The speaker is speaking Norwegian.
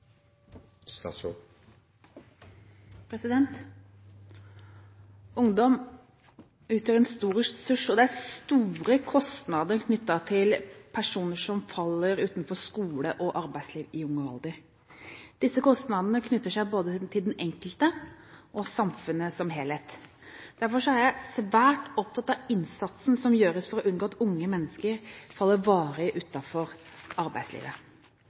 store kostnader knyttet til personer som faller ut av skolen og arbeidslivet i ung alder. Disse kostnadene knytter seg til både den enkelte og samfunnet som helhet. Derfor er jeg svært opptatt av innsatsen som gjøres for å unngå at unge mennesker faller varig utenfor arbeidslivet.